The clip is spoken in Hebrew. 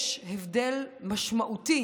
יש הבדל משמעותי